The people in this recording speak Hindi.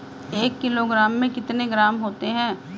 एक किलोग्राम में कितने ग्राम होते हैं?